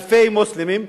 אלפי מוסלמים,